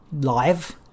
live